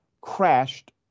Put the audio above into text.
crashed